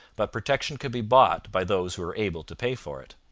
but protection could be bought by those who were able to pay for it.